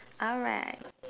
alright